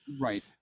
Right